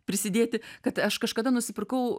prisidėti kad aš kažkada nusipirkau